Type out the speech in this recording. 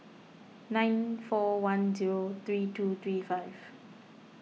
nine four one zero three two three five